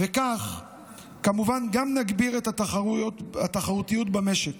וכך כמובן גם נגביר את התחרותיות במשק.